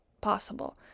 possible